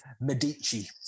Medici